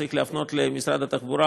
צריך להפנות את זה למשרד התחבורה,